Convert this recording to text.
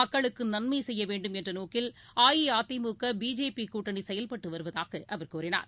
மக்களுக்குநன்மைசெய்யவேண்டும் என்றநோக்கில் அஇஅதிமுக பிஜேபிகூட்டணிசெயல்பட்டுவருவதாகஅவர் கூறினார்